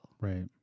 Right